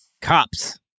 cops